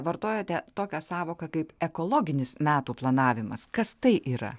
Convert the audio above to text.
vartojote tokią sąvoką kaip ekologinis metų planavimas kas tai yra